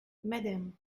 madam